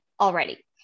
already